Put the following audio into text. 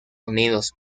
unidos